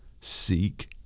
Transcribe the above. Seek